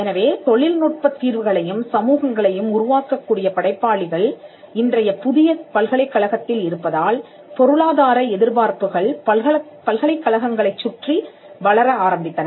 எனவே தொழில் நுட்பத் தீர்வுகளையும் சமூகங்களையும் உருவாக்கக்கூடிய படைப்பாளிகள் இன்றைய புதிய பல்கலைக்கழகத்தில் இருப்பதால் பொருளாதார எதிர்பார்ப்புகள் பல்கலைக்கழகங்களைச் சுற்றி வளர ஆரம்பித்தன